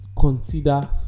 consider